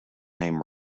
name